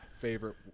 Favorite